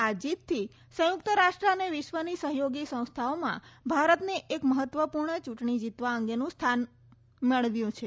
આ જીતથી સંયુક્ત રાષ્ટ્ર અને વિશ્વની સંસ્થાઓમાં ભારતને એક મહત્વપૂર્ણ ચૂંટણી જીતવા અંગેનું સ્થાન અપાવ્યું છે